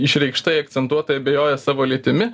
išreikštai akcentuotai abejoja savo lytimi